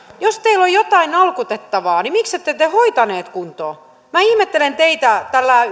jos teillä on jotain nalkutettavaa niin miksette te hoitaneet kuntoon minä ihmettelen teitä